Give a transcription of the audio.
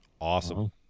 Awesome